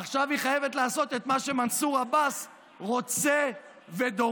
עכשיו היא חייבת לעשות את מה שמנסור עבאס רוצה ודורש.